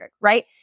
right